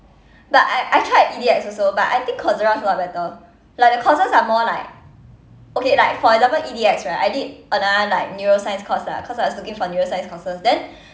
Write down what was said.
but I I tried E_D_X also but I think coursera is a lot better like the courses are a lot better like the courses are more like okay like for example E_D_X right I did another like neuroscience course lah cause I was looking for neuroscience courses then